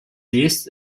sees